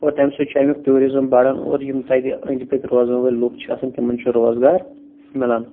اور تَمہِ سۭتۍ چھُ اَمیٛک ٹیٛوٗرِزم بَڑھان اور یِم تَتہِ أنٛدۍ پٔکۍ روزان وٲلۍ لوٗکھ چھِ آسان تِمَن چھُ روزگار میلان